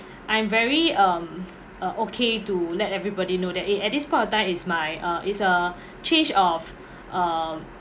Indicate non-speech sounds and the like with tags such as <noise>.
I'm very um uh okay to let everybody know that i~ at this point of time is my uh it's a <breath> change of <breath> um